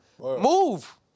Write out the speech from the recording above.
move